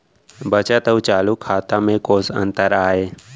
बचत अऊ चालू खाता में कोस अंतर आय?